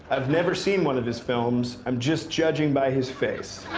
i've never seen one of his films, i'm just judging by his face.